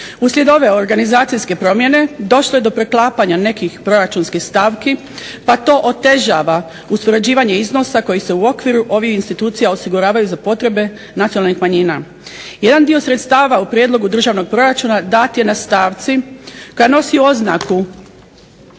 Uslijed ove organizacijske promjene došlo je do preklapanja nekih proračunskih stavki pa to otežava uspoređivanje iznosa koji se u okviru ovih institucija osiguravaju za potrebe nacionalnih manjina. Jedan dio sredstava u prijedlogu državnog proračuna dat je na stavci koja nosi oznaku